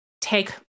take